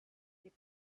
des